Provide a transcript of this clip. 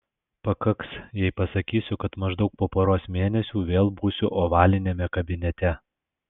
pakaks jei pasakysiu kad maždaug po poros mėnesių vėl būsiu ovaliniame kabinete